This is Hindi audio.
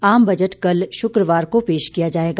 आम बजट कल शुक्रवार को पेश किया जाएगा